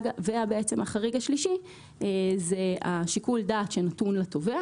החריג השלישי הוא שיקול הדעת שנתון לתובע